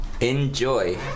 Enjoy